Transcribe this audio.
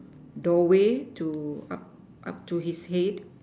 doorway to up up to his head